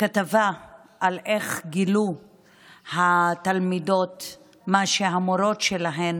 כתבה על איך גילו התלמידות מה שהמורות שלהן